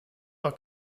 are